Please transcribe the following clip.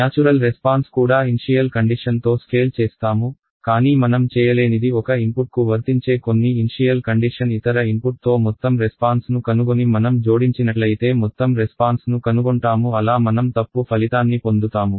natural response కూడా initial condition తో scale చేస్తాము కానీ మనం చేయలేనిది ఒక ఇన్పుట్ కు వర్తించే కొన్ని ఇన్షియల్ కండిషన్ ఇతర ఇన్పుట్ తో మొత్తం రెస్పాన్స్ ను కనుగొని మనం జోడించినట్లయితే మొత్తం రెస్పాన్స్ ను కనుగొంటాము అలా మనం తప్పు ఫలితాన్ని పొందుతాము